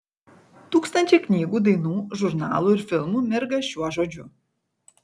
tūkstančiai knygų dainų žurnalų ir filmų mirga šiuo žodžiu